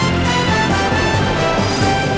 אדוני השר שנקרא סגן שר,